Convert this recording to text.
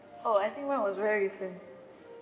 oh I think mine was very recent